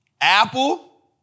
Apple